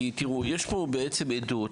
תיראו, יש פה בעצם עדות.